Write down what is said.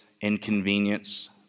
inconvenience